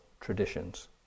traditions